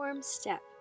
step